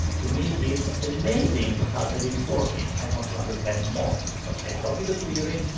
to me, it's amazing the fact that it's working. i want to understand more. so i copy the query.